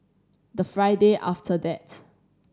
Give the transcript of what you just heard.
the Friday after that